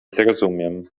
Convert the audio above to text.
zrozumiem